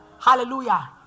Hallelujah